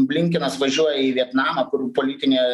blinkinas važiuoja į vietnamą kur politinė